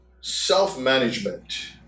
self-management